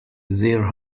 their